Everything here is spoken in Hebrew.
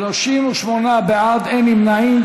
38 בעד, אין נמנעים.